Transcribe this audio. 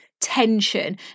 tension